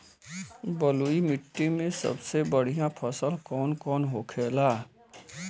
बलुई मिट्टी में सबसे बढ़ियां फसल कौन कौन होखेला?